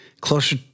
closer